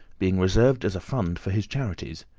being reserved as a fund for his charities.